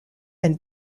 and